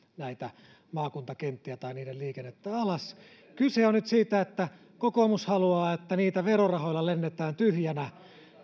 näitä maakuntakenttiä tai niiden liikennettä alas kyse on nyt siitä että kokoomus haluaa että niitä verorahoilla lennetään tyhjänä